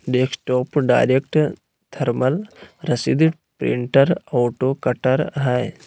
desktop direct thermal रसीद printer auto cutter हइ